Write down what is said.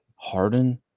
Harden